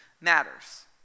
matters